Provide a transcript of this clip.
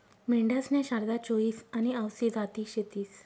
मेंढ्यासन्या शारदा, चोईस आनी आवसी जाती शेतीस